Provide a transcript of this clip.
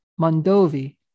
Mondovi